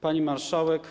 Pani Marszałek!